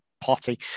potty